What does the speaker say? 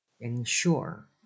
Ensure